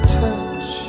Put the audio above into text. touch